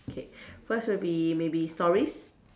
K first will be maybe stories